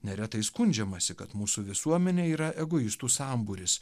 neretai skundžiamasi kad mūsų visuomenė yra egoistų sambūris